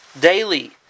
daily